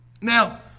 Now